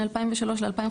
בין 2003 ל-2015,